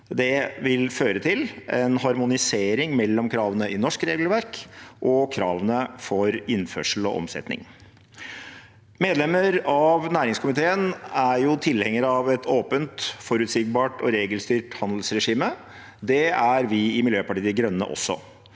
Det vil føre til en harmonisering mellom kravene i norsk regelverk og kravene for innførsel og omsetning. Medlemmer av næringskomiteen er jo tilhengere av et åpent, forutsigbart og regelstyrt handelsregime. Det er vi i Miljøpartiet De Grønne også,